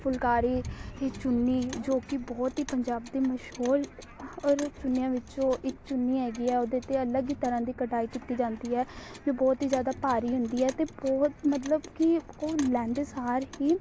ਫੁਲਕਾਰੀ ਦੀ ਚੁੰਨੀ ਜੋ ਕਿ ਬਹੁਤ ਹੀ ਪੰਜਾਬ ਦੀ ਮਸ਼ਹੂਰ ਔਰ ਚੁੰਨੀਆਂ ਵਿੱਚੋਂ ਇੱਕ ਚੁੰਨੀ ਹੈਗੀ ਆ ਉਹਦੇ 'ਤੇ ਅਲੱਗ ਹੀ ਤਰ੍ਹਾਂ ਦੀ ਕਢਾਈ ਕੀਤੀ ਜਾਂਦੀ ਹੈ ਵੀ ਬਹੁਤ ਹੀ ਜ਼ਿਆਦਾ ਭਾਰੀ ਹੁੰਦੀ ਹੈ ਅਤੇ ਬਹੁਤ ਮਤਲਬ ਕਿ ਉਹ ਲੈਂਦੇ ਸਾਰ ਹੀ